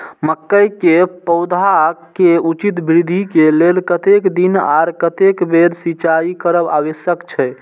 मके के पौधा के उचित वृद्धि के लेल कतेक दिन आर कतेक बेर सिंचाई करब आवश्यक छे?